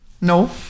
No